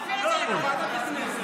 נעביר את זה לוועדת הכנסת.